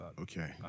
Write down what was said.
Okay